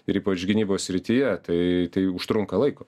ir ypač gynybos srityje tai tai užtrunka laiko